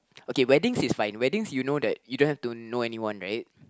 okay weddings is like weddings you know that you don't have to know anyone right